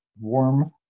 warm